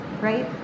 right